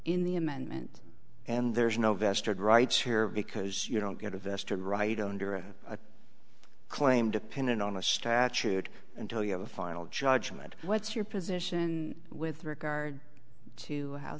in the amendment and there's no vested rights here because you don't get a vested right under a claim dependent on a statute until you have a final judgment what's your position with regard to how